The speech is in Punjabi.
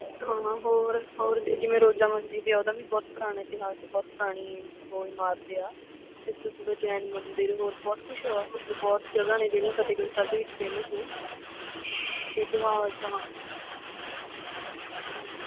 ਹਾਂ ਹੋਰ ਹੋਰ ਜਿਵੇਂ ਰੋਜ਼ਾ ਮਸਜਿਦ ਏ ਆ ਉਹਦਾ ਵੀ ਬਹੁਤ ਪੁਰਾਣਾ ਇਤਿਹਾਸ ਬਹੁਤ ਪੁਰਾਣੀ ਉਹ ਇਮਾਰਤ ਆ ਇਸ ਤੋਂ ਸਿਵਾ ਜੈਨ ਮੰਦਰ ਹੋਰ ਬਹੁਤ ਕੁਛ ਆ ਮਤਲਬ ਬਹੁਤ ਹੀ ਜਗ੍ਹਾ ਨੇ ਜਿਹੜੀਆਂ ਫਤਿਹਗੜ੍ਹ ਸਾਹਿਬ ਦੇ ਵਿੱਚ ਫੇਮਸ ਨੇ ਅਤੇ ਇਤਿਹਾਸ ਹਾਂ ਇਹ ਤਾਂ ਹੈ ਹੋਰ